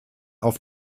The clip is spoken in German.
auf